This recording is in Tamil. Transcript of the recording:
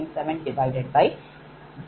பெறுகிறோம்